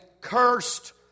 cursed